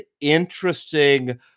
interesting